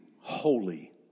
holy